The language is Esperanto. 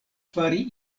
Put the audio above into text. fari